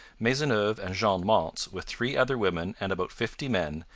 maisonneuve and jeanne mance, with three other women and about fifty men,